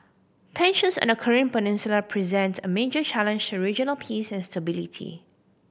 tensions on the Korean Peninsula present a major challenge to regional peace and stability